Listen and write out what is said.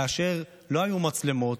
כאשר לא היו מצלמות,